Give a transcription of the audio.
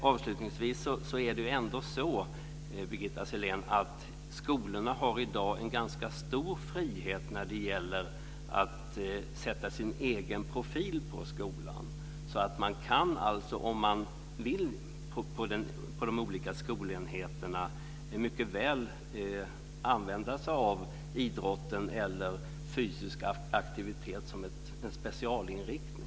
Avslutningsvis är det ändå så, Birgitta Sellén, att skolorna i dag har en ganska stor frihet när det gäller att sätta sin egen profil på skolan. Man kan alltså om man vill på de olika skolenheterna mycket väl använda sig av idrotten eller fysisk aktivitet som en specialinriktning.